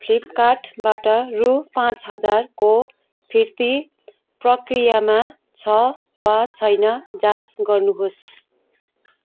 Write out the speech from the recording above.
फ्लिपकार्टबाट रु पाँच हजारको फिर्ती प्रक्रियामा छ वा छैन जाँच गर्नुहोस्